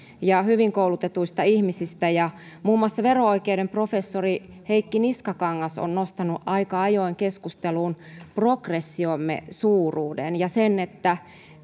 ja hyvin koulutetuista ihmisistä muun muassa vero oikeuden professori heikki niskakangas on nostanut aika ajoin keskusteluun progressiomme suuruuden ja sen että